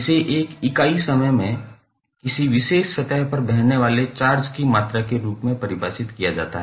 इसे एक इकाई समय में किसी विशेष सतह पर बहने वाले चार्ज की मात्रा के रूप में परिभाषित किया जाता है